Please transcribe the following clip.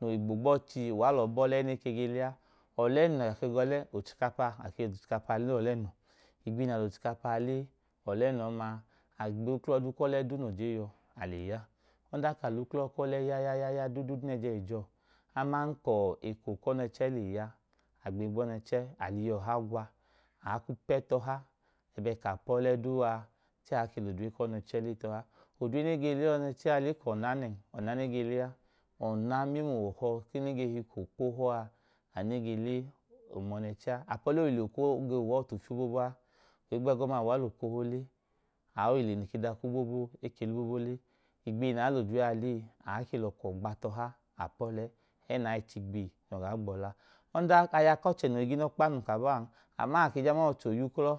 noigbo gbọọchi uwa lọọ bọla ẹne ke ge l a. Ọlẹna ake gọọle ochikapa ake l’ochikapa le ọlẹnọ igbihi na l’ochikapa le ọlẹnọ ọma agbeyi uklọ duu kọlẹ dii no je yọ ale ya. Odan ka l’uklo kole ya yayaya duudu n’ejeijọọ aman kọọ eko kọnẹchẹ lẹya agbeyi gbọnẹchẹ aliye ọha gwa aakwu pẹtọha, lẹbẹe k’apọlẹ du aa chẹẹ aake l’odre konẹchẹ le tọha. Odre nege le enẹchẹ le k’ọna nẹn, ọna nege lea. Ọna mẹmu ọhọke nege hi k’okoho a anege le imọneche a apọle ohile, okoho ge hua ọtu fiabobo a higbegọma uwa, l’okoh le aohile noke dọkobobo eke lobobo le. Igbihi naa l’odre a lee aa ke lọkọ gba tọha apọle ẹẹ nai chigbihi nyọ gaa gbọlaa ọdan ayakọọche noi ginokpa nun kabọọ an ama ake je w’ọchẹ oyuklo.